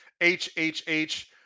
HHH